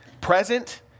present